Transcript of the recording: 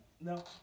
No